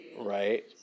Right